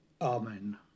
Amen